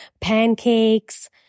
pancakes